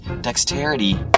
Dexterity